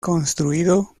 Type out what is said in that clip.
construido